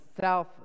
south